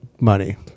Money